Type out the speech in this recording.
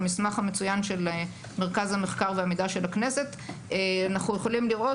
במסמך המצוין של מרכז המחקר והמידע של הכנסת אנחנו יכולים לראות